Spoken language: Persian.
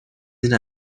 این